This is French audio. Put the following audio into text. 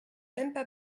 même